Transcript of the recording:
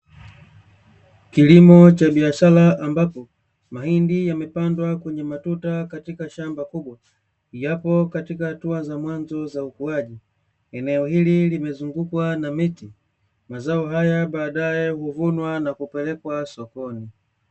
Kilimo cha biashara ambapo mahindi yamepandwa kwenye matuta katika shamba kubwa, yapo katika hatua za mwanzo za ukuaji, eneo hili limezungukwa na miti. Mazao haya baadae huvunwa na kupelekwa sokoni.